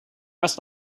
must